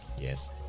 Yes